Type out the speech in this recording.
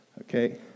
Okay